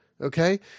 okay